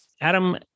adam